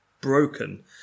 broken